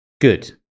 Good